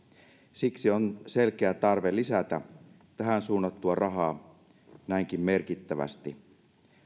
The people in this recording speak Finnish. siksi on selkeä tarve lisätä tähän suunnattua rahaa näinkin merkittävästi